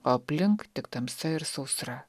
o aplink tik tamsa ir sausra